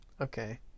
Okay